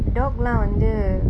dog lah வந்து:vanthu